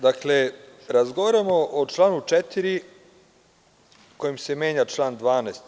Dakle, razgovaramo o članu 4. kojim se menja član 12.